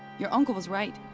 your uncle was right.